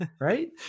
right